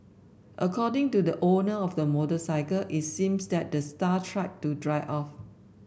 according to the owner of the motorcycle it seemed that the star tried to drive off